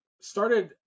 started